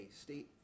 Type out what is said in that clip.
state